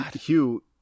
Hugh